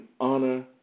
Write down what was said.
honor